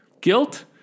Guilt